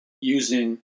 using